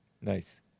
Nice